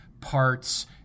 Parts